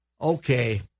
okay